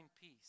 peace